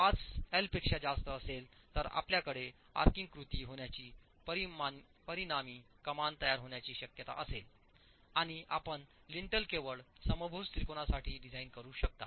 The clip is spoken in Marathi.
5 एलपेक्षा जास्त असेल तर आपल्याकडे आर्काइंग कृती होण्याची परिणामी कमान तयार होण्याची शक्यता असेल आणि आपण लिंटल केवळ समभुज त्रिकोणासाठी डिझाइन करू शकता